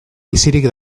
bizirik